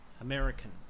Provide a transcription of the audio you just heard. American